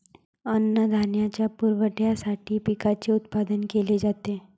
अन्नधान्याच्या पुरवठ्यासाठी पिकांचे उत्पादन केले जाते